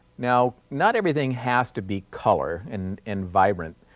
now, not everything has to be color and and vibrant,